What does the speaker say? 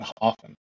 often